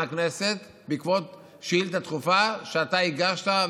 הכנסת בעקבות שאילתה דחופה שאתה הגשת,